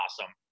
awesome